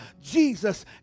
Jesus